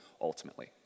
ultimately